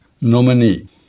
Nominee